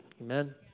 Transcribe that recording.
Amen